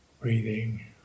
breathing